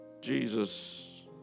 Jesus